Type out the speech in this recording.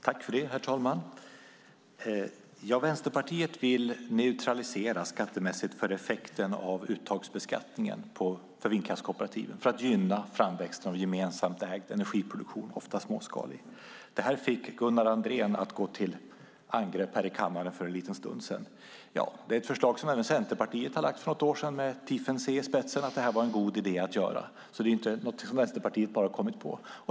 Herr talman! Vänsterpartiet vill neutralisera skattemässigt för effekten av uttagsbeskattningen för vindkraftskooperativen för att gynna framväxten av gemensamt ägd energiproduktion, ofta småskalig. Det fick Gunnar Andrén att gå till angrepp här i kammaren för en liten stund sedan. Det är ett förslag som även Centerpartiet lade fram för något år sedan med Tiefensee i spetsen som tyckte att det här var en god idé att göra, så det är inte någonting som bara Vänsterpartiet har kommit på.